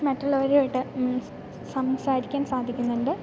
മറ്റുള്ളവരുമായിട്ട് സംസാരിക്കാൻ സാധിക്കുന്നുണ്ട്